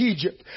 Egypt